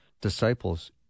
disciples